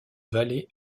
vallée